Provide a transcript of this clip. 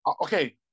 okay